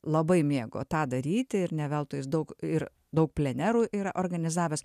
labai mėgo tą daryti ir ne veltui jis daug ir daug plenerų yra organizavęs